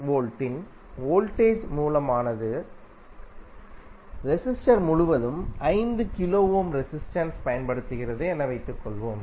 Vin voltage மூலமானதுஇன் resistor முழுவதும்k resistance பயன்படுத்தப்படுகிறது எனவைத்துக்கொள்வோம்